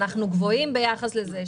אנחנו גבוהים ביחס לזה.